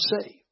saved